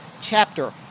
chapter